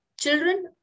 Children